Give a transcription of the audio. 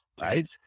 right